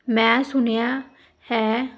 ਮੈਂ ਸੁਣਿਆ ਹੈ